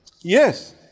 Yes